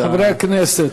חברי הכנסת,